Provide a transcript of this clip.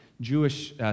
Jewish